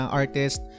artist